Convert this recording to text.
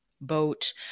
boat